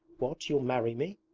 what, you'll marry me?